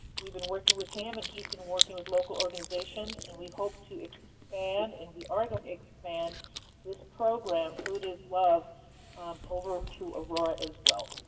we have been working with him and he has been working with local organizations, and we hope to expand, and we are going to expand this program food is love over to aurora as well.